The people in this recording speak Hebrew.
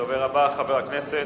הדובר הבא, חבר הכנסת